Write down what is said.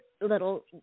little